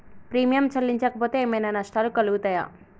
Premium చెల్లించకపోతే ఏమైనా నష్టాలు కలుగుతయా?